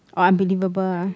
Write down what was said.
oh unbelievable ah